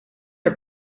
are